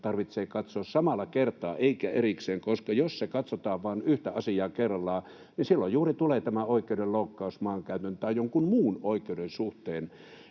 tarvitsee katsoa samalla kertaa eikä erikseen, koska jos katsotaan vain yhtä asiaa kerrallaan, niin silloin juuri tulee tämä oikeudenloukkaus maankäytön tai jonkun muun oikeuden suhteen.